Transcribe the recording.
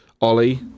Ollie